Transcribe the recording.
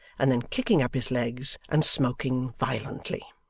and then kicking up his legs and smoking violently.